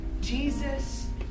Jesus